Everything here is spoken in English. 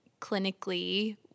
clinically